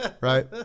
right